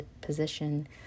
position